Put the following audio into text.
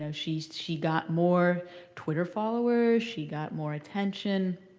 so she she got more twitter followers. she got more attention.